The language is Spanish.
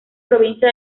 provincia